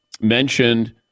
mentioned